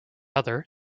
other